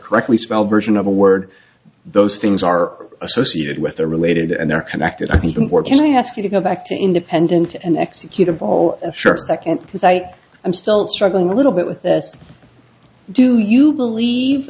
correctly spelled version of a word those things are associated with are related and they're connected i mean where can i ask you to go back to independent and execute of all assure second because i i'm still struggling a little bit with this do you believe